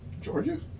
Georgia